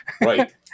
Right